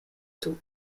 tout